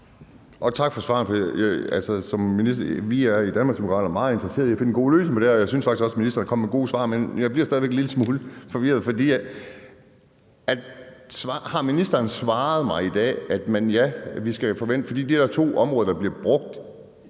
Tak for svaret. Vi er i Danmarksdemokraterne meget interesserede i at finde en god løsning på det her, og jeg synes faktisk også, at ministeren kom med gode svar, men jeg bliver stadig væk en lille smule forvirret. Der er to områder, der lige nu bliver brugt